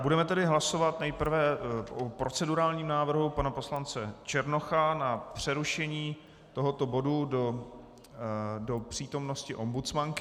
Budeme hlasovat nejprve o procedurálním návrhu pana poslance Černocha na přerušení tohoto bodu do přítomnosti ombudsmanky.